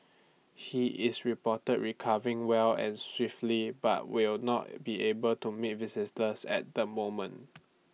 he is reported recovering well and swiftly but will not be able to meet visitors at the moment